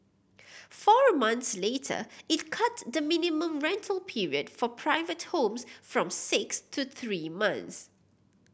four of months later it cut the minimum rental period for private homes from six to three months